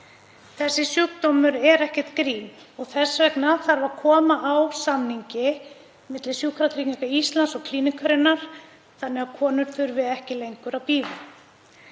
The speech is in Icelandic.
Þessi sjúkdómur er ekkert grín og þess vegna þarf að koma á samningi milli Sjúkratrygginga Íslands og Klíníkurinnar þannig að konur þurfi ekki lengur að bíða.